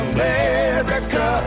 America